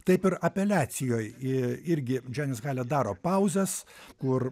taip i apeliacijoj irgi džianis halet daro pauzes kur